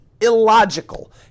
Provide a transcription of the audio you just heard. illogical